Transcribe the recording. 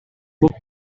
book